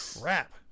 crap